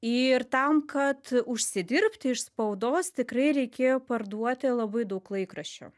ir tam kad užsidirbti iš spaudos tikrai reikėjo parduoti labai daug laikraščių